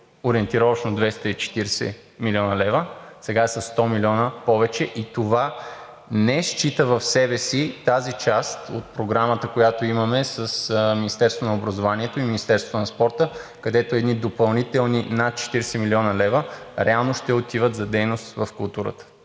ориентировъчно е бил 240 млн. лв., сега е със 100 млн. лв. повече и това не счита в себе си тази част от Програмата, която имаме с Министерството на образованието и науката и Министерството на спорта, където едни допълнителни над 40 млн. лв. реално ще отиват за дейност в културата.